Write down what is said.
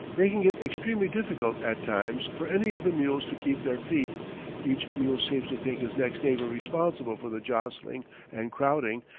making it extremely difficult at times for any of the mules to keep their feet each mule seems to think his next neighbor responsible for the jostling and crowding,